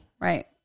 right